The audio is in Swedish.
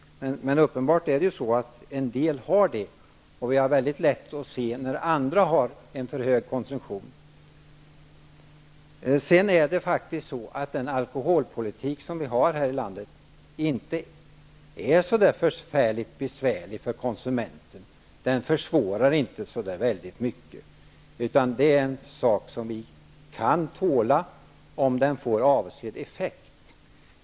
Men uppenbart har en del en sådan konsumtion. Vi har väldigt lätt att se när andra har en för hög konsumtion. Den alkoholpolitik som vi har här i landet är inte så förfärligt besvärlig för konsumenten. Den försvårar inte särskilt mycket. Det är en sak som vi kan tåla om den får avsedd effekt.